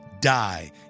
die